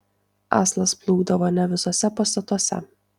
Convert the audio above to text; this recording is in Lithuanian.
aslas plūkdavo ne visuose pastatuose